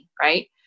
Right